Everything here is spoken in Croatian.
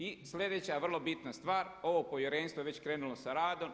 I sljedeća vrlo bitna stvar, ovo povjerenstvo je već krenulo sa radom.